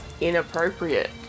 inappropriate